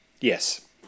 yes